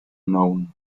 known